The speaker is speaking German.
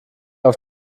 auf